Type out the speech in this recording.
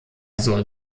soll